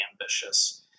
ambitious